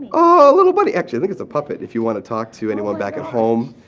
oh, a little bunny. actually, i think it's a puppet if you want to talk to anyone back at home,